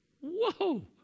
Whoa